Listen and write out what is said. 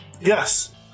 Yes